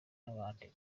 n’abandi